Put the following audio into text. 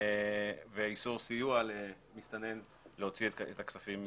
ואיסור סיוע למסתנן להוציא את הכספים.